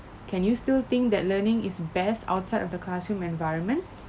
can you still think that learning is best outside of the classroom environment